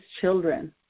children